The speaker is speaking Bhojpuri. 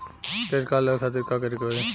क्रेडिट कार्ड लेवे खातिर का करे के होई?